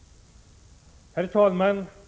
Herr talman!